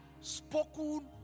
spoken